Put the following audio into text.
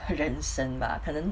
人生 bah 可能